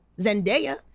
Zendaya